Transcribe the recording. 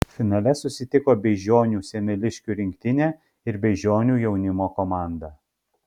finale susitiko beižionių semeliškių rinktinė ir beižionių jaunimo komanda